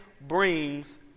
brings